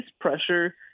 pressure